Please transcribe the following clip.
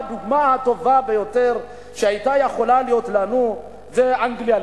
הדוגמה הטובה ביותר שהיתה יכולה להיות לנו זה אנגליה,